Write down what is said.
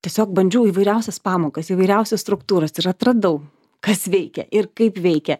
tiesiog bandžiau įvairiausias pamokas įvairiausias struktūras ir atradau kas veikia ir kaip veikia